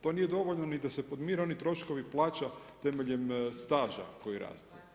To nije dovoljno ni da se podmire oni troškovi plaća temeljem staža koji raste.